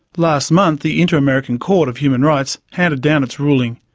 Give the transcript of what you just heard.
last month the inter-american court of human rights handed down its ruling.